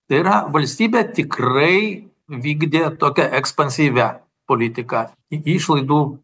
tai yra valstybė tikrai vykdė tokią ekspansyvią politiką išlaidų